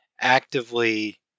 actively